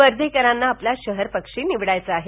वर्धेकरांना आपला शहरपक्षी निवडायचा आहे